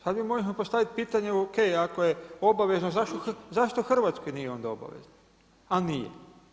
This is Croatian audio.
Sad mi možemo postaviti pitanje o.k. ako je obavezno zašto u Hrvatskoj nije onda obavezno, a nije.